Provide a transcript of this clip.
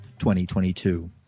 2022